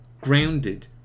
grounded